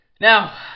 Now